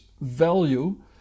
value